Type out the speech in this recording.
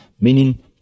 meaning